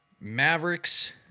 Mavericks